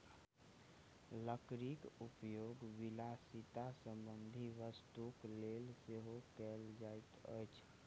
लकड़ीक उपयोग विलासिता संबंधी वस्तुक लेल सेहो कयल जाइत अछि